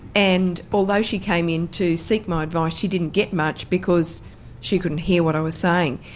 and although she came in to seek my advice, she didn't get much because she couldn't hear what i was saying.